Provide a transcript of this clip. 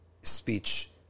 speech